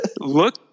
Look